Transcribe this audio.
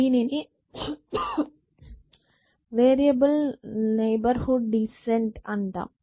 దీనిని variable neighbourhood descent అంటాము